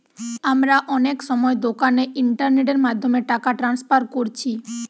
আমরা অনেক সময় দোকানে ইন্টারনেটের মাধ্যমে টাকা ট্রান্সফার কোরছি